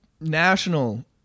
National